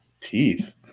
teeth